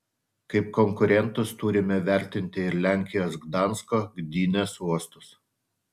kaip konkurentus turime vertinti ir lenkijos gdansko gdynės uostus